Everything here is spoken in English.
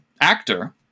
actor